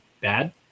bad